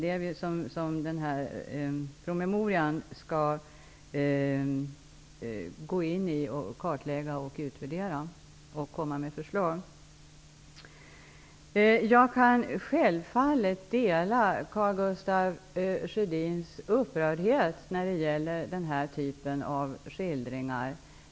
Detta skall vi kartlägga och utvärdera, och vi skall komma med förslag. Jag kan självfallet dela Karl Gustaf Sjödins upprördhet när det gäller den här typen av skildringar.